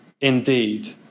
indeed